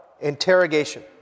interrogation